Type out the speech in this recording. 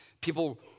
People